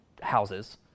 houses